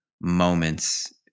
moments